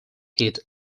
hit